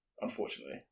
Unfortunately